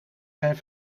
zijn